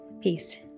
Peace